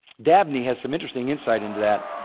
dabney has some interesting insight into that.